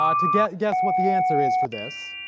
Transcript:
um to guess guess what the answer is for this